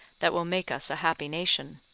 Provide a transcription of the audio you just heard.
that will make us a happy nation.